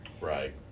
Right